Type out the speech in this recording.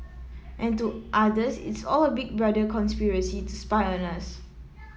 and to others it's all a big brother conspiracy to spy on us